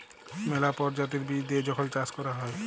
ম্যালা পরজাতির বীজ দিঁয়ে যখল চাষ ক্যরা হ্যয়